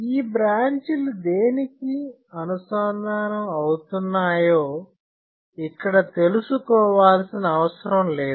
ఈ బ్రాంచీలు దేనికి అనుసంధానం అవుతున్నాయో ఇక్కడ తెలుసుకోవాల్సిన అవసరం లేదు